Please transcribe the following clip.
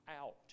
out